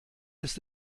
ist